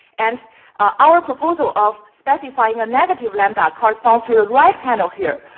and our proposal of specifying a negative lambda corresponds to the right panel here.